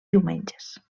diumenges